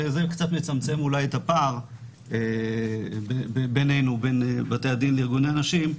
וזה קצת נצמצם אולי את הפער בינינו ובין בתי הדין לארגוני הנשים,